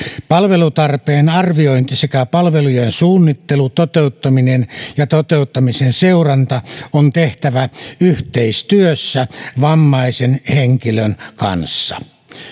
palvelutarpeen arviointi sekä palvelujen suunnittelu toteuttaminen ja toteuttamisen seuranta on tehtävä yhteistyössä vammaisen henkilön kanssa